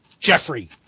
Jeffrey